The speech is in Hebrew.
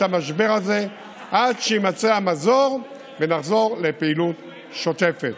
את המשבר הזה עד שיימצא המזור ונחזור לפעילות שוטפת.